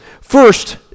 first